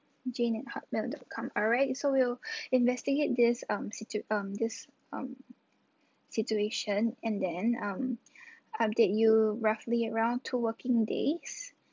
jane at hotmail dot com alright so we'll investigate this um situ~ um this um situation and then um update you roughly around two working days